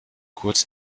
kurz